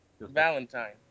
Valentine